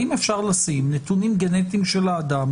האם אפשר לשים נתונים גנטיים של האדם